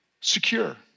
Secure